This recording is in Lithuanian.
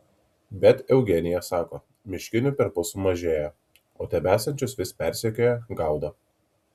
bet eugenija sako miškinių perpus sumažėjo o tebesančius vis persekioja gaudo